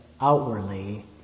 outwardly